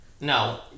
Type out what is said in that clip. No